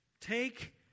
Take